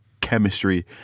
chemistry